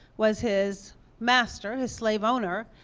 was his master his slave owner,